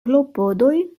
klopodoj